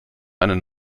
einen